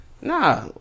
Nah